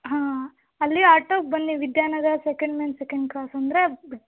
ಹಾಂ ಅಲ್ಲಿ ಆಟೋಗೆ ಬನ್ನಿ Vidyanagar second main second cross ಅಂದರೆ ಬಿಡ್